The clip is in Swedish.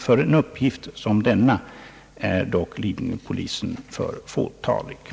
För en uppgift såsom denna är dock polismännen i Lidingö för fåtaliga.